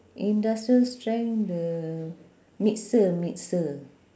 industrial strength the mixer mixer